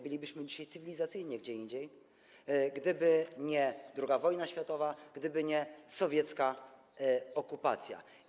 Bylibyśmy dzisiaj cywilizacyjnie gdzie indziej, gdyby nie II wojna światowa, gdyby nie sowiecka okupacja.